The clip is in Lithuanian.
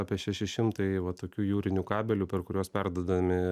apie šeši šimtai va tokių jūrinių kabelių per kuriuos perduodami